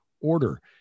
order